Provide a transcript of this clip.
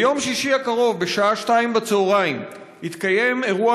ביום שישי הקרוב בשעה 14:00 יתקיים אירוע